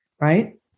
right